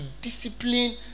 discipline